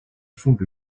fondent